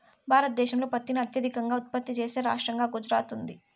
భారతదేశంలో పత్తిని అత్యధికంగా ఉత్పత్తి చేసే రాష్టంగా గుజరాత్ ఉంది